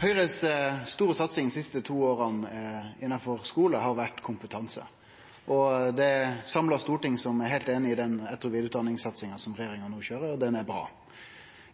Høgres store satsing dei siste to åra innanfor skule har vore på kompetanse. Det er eit samla storting som er heilt einig i den etter- og vidareutdanningssatsinga som regjeringa no køyrer. Ho er bra.